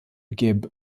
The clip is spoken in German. geb